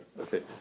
okay